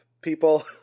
people